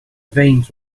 veins